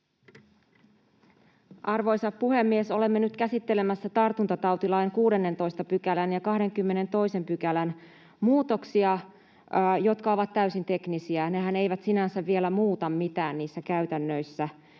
Arvoisa puhemies! Olemme nyt käsittelemässä tartuntatautilain 16 §:n ja 22 §:n muutoksia, jotka ovat täysin teknisiä. Nehän eivät sinänsä vielä muuta mitään niissä käytännöissä.